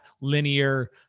linear